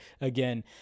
again